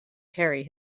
carry